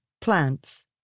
plants